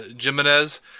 Jimenez